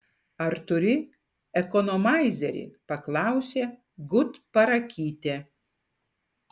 ar turi ekonomaizerį paklausė gutparakytė